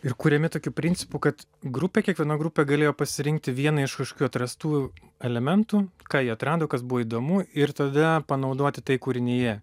ir kuriami tokiu principu kad grupė kiekviena grupė galėjo pasirinkti vieną iš kažkokių atrastų elementų ką jie atrado kas buvo įdomu ir tada panaudoti tai kūrinyje